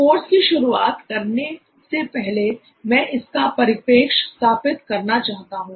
course की शुरुआत करने से पहले मैं इसका परिपेक्ष स्थापित करना चाहता हूं